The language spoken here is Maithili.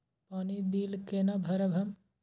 पानी बील केना भरब हम?